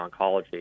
oncology